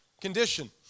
condition